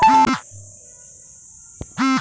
আন্তর্জাতিক লেনদেনে ব্যাংক কত টাকা চার্জ নেয়?